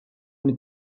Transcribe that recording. eine